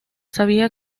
sabía